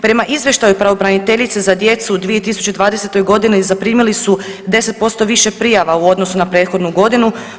Prema izvještaju pravobraniteljice za djecu u 2020. godini zaprimili su 10% više prijava u odnosu na prethodnu godinu.